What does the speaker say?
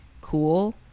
cool